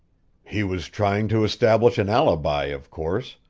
he was trying to establish an alibi, of course,